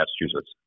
Massachusetts